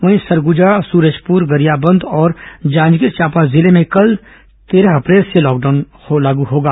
वहीं सरगुजा सूरजपुर गरियाबंद और जांजगीर चांपा जिले में कल तेईस अप्रैल से लॉकडाउन लागू होगा